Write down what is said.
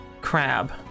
crab